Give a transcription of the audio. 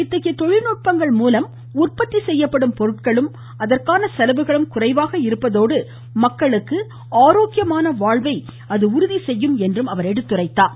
இத்தைகய தொழில் நுட்பங்கள் மூலம் உற்பத்தி செய்யப்படும் பொருட்களும் அதற்கான செலவுகளும் குறைவாக இருப்பதோடு மக்களுக்கு ஆரோக்கியமான வாழ்வை உறுதி செய்வதாகவும் குறிப்பிட்டார்